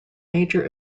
major